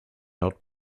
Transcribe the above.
not